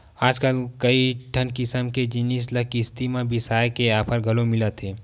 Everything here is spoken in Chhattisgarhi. आजकल कइठन किसम के जिनिस ल किस्ती म बिसाए के ऑफर घलो मिलत हे